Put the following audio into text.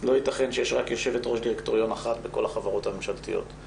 לא ייתכן שיש רק יושבת-ראש דירקטוריון אחת בכל החברות הממשלתיות.